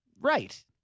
Right